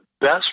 best